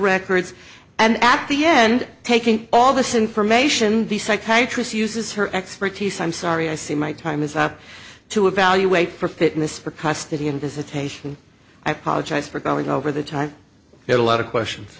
records and at the end taking all this information be psychiatry's uses her expertise i'm sorry i see my time is up to evaluate for fitness for custody and visitation i apologize for going over the time that a lot of questions